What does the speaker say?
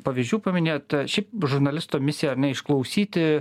pavyzdžių paminėjote šiaip žurnalisto misija išklausyti